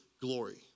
glory